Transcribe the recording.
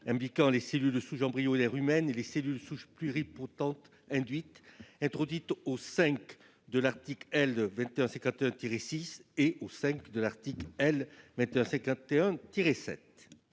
impliquant les cellules souches embryonnaires humaines et les cellules souches pluripotentes induites, introduites au V de l'article L. 2151-6 et au V de l'article L. 2151-7